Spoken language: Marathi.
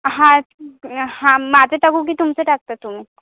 हां हां माझं टाकू की तुमचं टाकता तुम्ही